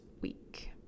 week